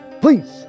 please